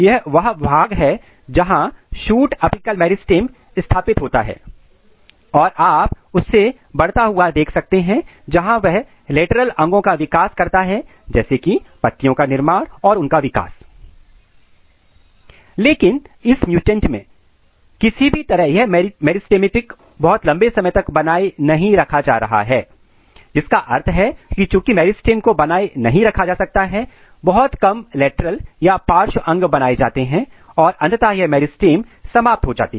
यह वह भाग है जहां शूट अपिकल मेरिस्टम स्थापित होता है और आप उससे बढ़ता हुआ देख सकते हैं जहां वह लेटरल अंगो का विकास करता है जैसे कि पत्तियों का निर्माण और उनका विकास लेकिन इस म्युटेंट में किसी भी तरह यह मेरिटेम बहुत लंबे समय तक बनाए नहीं रखा जा रहा है जिसका अर्थ है कि चूंकि मेरिस्टेम को बनाए नहीं रखा जा सकता है बहुत कम लेटरल पार्श्व अंग बनाए जाते हैं और अंततः यह मेरिस्टेम समाप्त हो जाती है